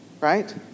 right